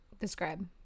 Describe